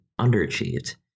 underachieved